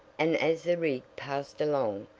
and as the rig passed along,